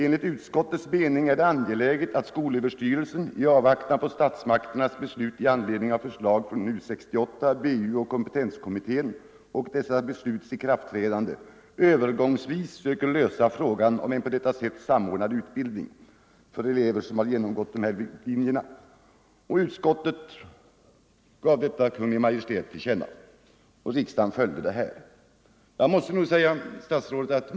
—-—- Enligt utskottets mening är det angeläget att skolöverstyrelsen — i avvaktan på statsmakternas beslut i anledning av förslag från U 68, BU och kompetenskommittén och dessa besluts ikraftträdande — övergångsvis söker lösa frågan om en på detta sätt samordnad utbildning för elever som avslutat eller under de närmaste åren kommer att avsluta utbildning på vårdlinjens gren för barnaoch ungdomsvård.” Utskottet hemställde att riksdagen skulle ge Kungl. Maj:t till känna vad utskottet anfört, och det beslutade riksdagen göra.